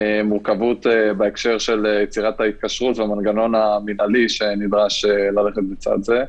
מורכבות בהקשר של יצירת ההתקשרות והמנגנון המינהלי שנדרש ללכת בצד זה.